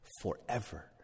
forever